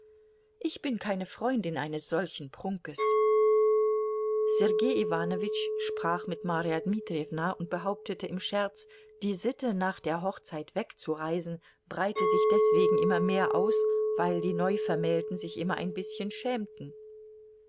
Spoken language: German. ich bin keine freundin eines solchen prunkes sergei iwanowitsch sprach mit marja dmitrijewna und behauptete im scherz die sitte nach der hochzeit wegzureisen breite sich deswegen immer mehr aus weil die neuvermählten sich immer ein bißchen schämten